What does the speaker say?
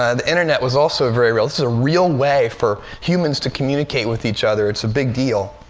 ah the internet was also very real. this is a real way for humans to communicate with each other. it's a big deal.